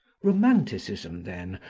romanticism, then,